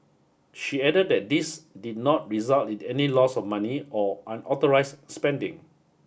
she added that this did not result in any loss of money or unauthorized spending